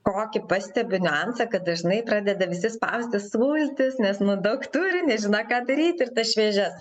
kokį pastebiu niuansą kad dažnai pradeda visi spausti sultis nes nu daug turi nežino ką daryti ir tas šviežias